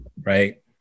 Right